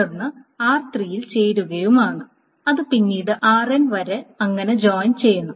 തുടർന്ന് r3 ൽ ചേരുകയുമാണ് അത് പിന്നീട് rn വരെ അങ്ങനെ ജോയിൻ ചെയ്യും